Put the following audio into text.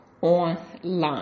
online